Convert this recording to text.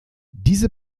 diese